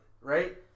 right